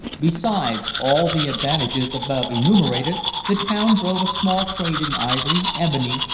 besides all the advantages above enumerated, the town drove a small trade in ivory, ebony,